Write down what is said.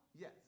Yes